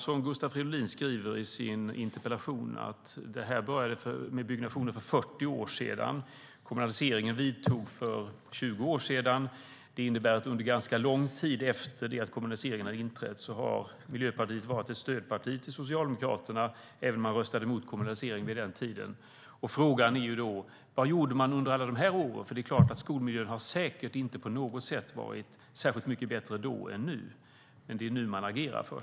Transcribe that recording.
Som Gustav Fridolin skriver i sin interpellation började den här byggnationen för 40 år sedan. Kommunaliseringen vidtog för 20 år sedan. Under ganska lång tid efter det att kommunaliseringen inträdde har Miljöpartiet varit ett stödparti till Socialdemokraterna, även om man röstade emot kommunaliseringen vid den tiden. Frågan är då: Vad gjorde man under alla dessa år? Skolmiljön var ju säkert inte särskilt mycket bättre då än nu, men det är först nu man agerar.